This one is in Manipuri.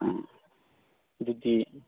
ꯑꯥ ꯑꯗꯨꯗꯤ